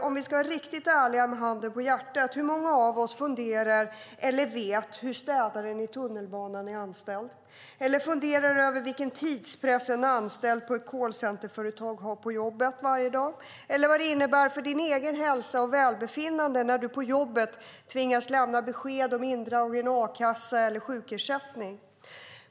Om vi ska vara riktigt ärliga, handen på hjärtat, hur många av oss funderar på eller vet hur städaren i tunnelbanan är anställd, vilken tidspress en anställd på ett callcenterföretag har på jobbet varje dag eller vad det innebär för din egen hälsa och ditt välbefinnande när du på jobbet tvingas lämna besked om indragen a-kassa eller sjukersättning?